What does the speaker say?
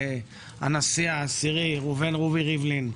הנשיא העשירי ראובן רובי ריבלין,